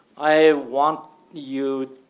i want you